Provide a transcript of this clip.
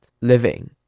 living